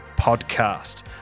podcast